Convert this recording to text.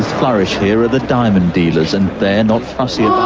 flourish here are the diamond dealers and they're not fussy yeah